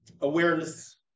awareness